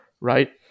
Right